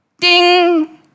Ding